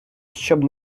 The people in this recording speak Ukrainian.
щоб